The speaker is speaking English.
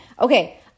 okay